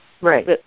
Right